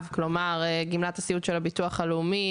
- כלומר: גמלת הסיעוד של הביטוח הלאומי,